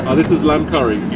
this is lamb curry? yeah.